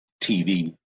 tv